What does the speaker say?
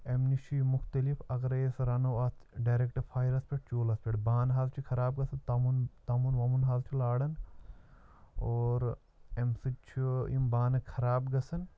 اَمہِ نِش چھِ یہِ مُختلف اَگرَے أسۍ رَنو اَتھ ڈٮ۪رٮ۪کٹ فایرَس پٮ۪ٹھ چوٗلَس پٮ۪ٹھ بانہٕ حظ چھُ خراب گژھان تَمُن تَمُن وَمُن حظ چھُ لاران اور اَمہِ سۭتۍ چھُ یِم بانہٕ خراب گژھان